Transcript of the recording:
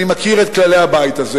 אני מכיר את כללי הבית הזה.